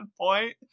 point